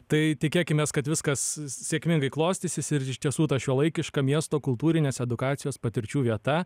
tai tikėkimės kad viskas sėkmingai klostysis ir iš tiesų ta šiuolaikiška miesto kultūrinės edukacijos patirčių vieta